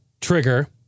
trigger